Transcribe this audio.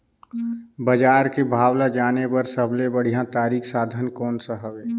बजार के भाव ला जाने बार सबले बढ़िया तारिक साधन कोन सा हवय?